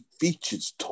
features